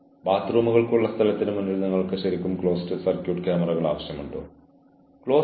അവർക്ക് ഞെരുക്കം അനുഭവപ്പെടുന്നില്ല അവർക്ക് അസ്വസ്ഥത തോന്നുന്നു